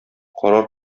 карар